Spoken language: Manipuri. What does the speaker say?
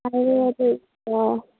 ꯍꯥꯏꯕ ꯌꯥꯗꯦ ꯑꯥ